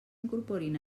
incorporin